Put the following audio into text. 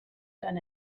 done